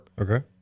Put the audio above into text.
Okay